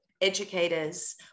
educators